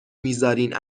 میذارین